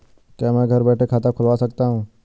क्या मैं घर बैठे खाता खुलवा सकता हूँ?